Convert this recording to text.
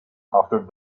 after